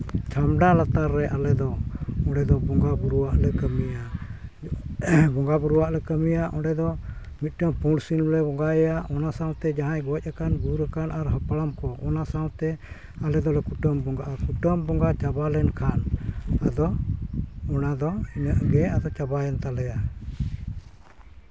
ᱪᱷᱟᱢᱰᱟ ᱞᱟᱛᱟᱨ ᱨᱮ ᱟᱞᱮ ᱫᱚ ᱚᱸᱰᱮ ᱫᱚ ᱵᱚᱸᱜᱟᱼᱵᱳᱨᱳᱣᱟᱜ ᱞᱮ ᱠᱟᱹᱢᱤᱭᱟ ᱵᱚᱸᱜᱟᱼᱵᱳᱨᱳᱣᱟᱜ ᱞᱮ ᱠᱟᱹᱤᱭᱟ ᱚᱸᱰᱮ ᱫᱚ ᱢᱤᱫᱴᱟᱹᱝ ᱯᱩᱸᱰ ᱥᱤᱢ ᱞᱮ ᱵᱚᱸᱜᱟᱭᱟ ᱚᱱᱟ ᱥᱟᱶᱛᱮ ᱡᱟᱦᱟᱸᱭ ᱜᱚᱡ ᱟᱠᱟᱱ ᱜᱩᱨ ᱟᱠᱟᱱ ᱦᱟᱯᱲᱟᱢ ᱠᱚ ᱚᱱᱟ ᱥᱟᱶᱛᱮ ᱟᱞᱮ ᱫᱚᱞᱮ ᱠᱩᱴᱟᱹᱢ ᱵᱚᱸᱜᱟ ᱠᱩᱴᱟᱹᱢ ᱵᱚᱸᱜᱟ ᱪᱟᱵᱟ ᱞᱮᱱᱠᱷᱟᱱ ᱚᱱᱟ ᱫᱚ ᱤᱱᱟᱹ ᱜᱮ ᱟᱫᱚ ᱪᱟᱵᱟᱭᱮᱱ ᱛᱟᱞᱮᱭᱟ